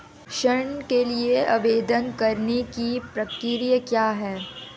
ऋण के लिए आवेदन करने की प्रक्रिया क्या है?